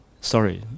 Sorry